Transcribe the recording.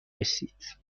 رسید